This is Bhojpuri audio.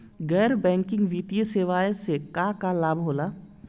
गैर बैंकिंग वित्तीय सेवाएं से का का लाभ होला?